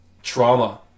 Trauma